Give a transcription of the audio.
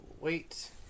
wait